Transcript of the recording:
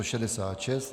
66.